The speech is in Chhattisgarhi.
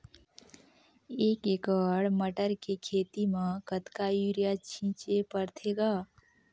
एक एकड़ मटर के खेती म कतका युरिया छीचे पढ़थे ग?